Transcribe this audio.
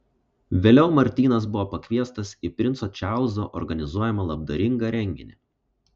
vėliau martynas buvo pakviestas į princo čarlzo organizuojamą labdaringą renginį